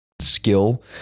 skill